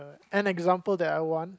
an example that I want